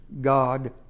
God